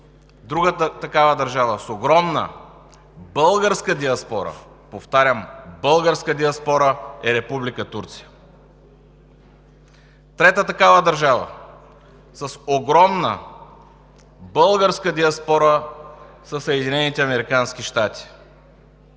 Другата такава държава с огромна българска диаспора, повтарям – българска диаспора, е Република Турция. Трета такава държава с огромна българска диаспора са Съединените американски щати.